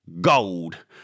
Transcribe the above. gold